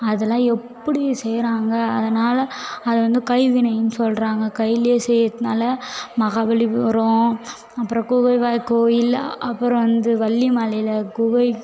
அதெல்லாம் எப்படி செய்கிறாங்க அதனால் அதைவந்து கைவினைன்னு சொல்கிறாங்க கையில் செய்கிறதுனால மகாபலிபுரம் அப்புறம் குகை வரைக் கோவில் அப்புறம் வந்து வள்ளிமலையில் குகை